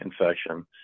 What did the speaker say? infection